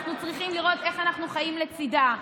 ואנחנו צריכים לראות איך אנחנו חיים לצידה,